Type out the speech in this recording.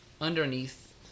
underneath